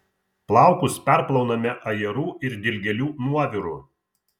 plaukus perplauname ajerų ir dilgėlių nuoviru